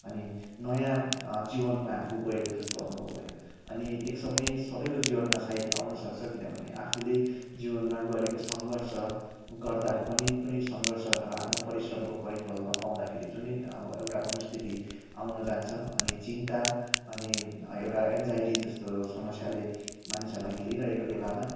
अनि नयाँ जीवनमा आफू गएको जस्तो अनुभव भयो अनि एक समय सबैको जीवनमा सायद आउनुसक्छ किनभने आफूले जीवनमा गरेको सङ्घर्ष गर्दाको पनि कुनै सङ्घर्ष अथवा आफ्नो परिश्रमको प्रतिफल नपाउँदाखेरि जुनै अब एउटा मनोस्थिति आउन जान्छ अनि चिन्ता अनि एउटा एनजाइटी जस्तो समस्याले मानिसहरूलाई घेरिरहेको बेलामा